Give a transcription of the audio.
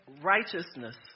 righteousness